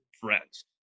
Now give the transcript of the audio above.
friends